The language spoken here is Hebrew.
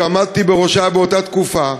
שעמדתי בראשה באותה תקופה,